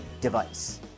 device